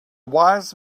wise